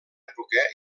època